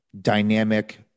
dynamic